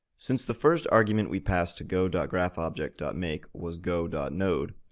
since the first argument we passed to go graphobject make was go node,